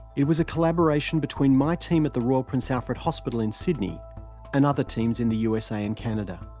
it was a collaboration between my team at the royal prince alfred hospital in sydney and other teams in the usa and canada.